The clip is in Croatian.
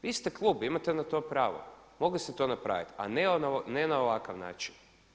Vi ste klub, imate na to prav, mogli ste to napraviti a ne na ovakav način.